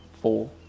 four